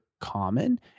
common